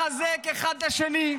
לחזק אחד את השני.